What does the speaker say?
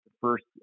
first